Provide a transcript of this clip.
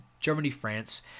Germany-France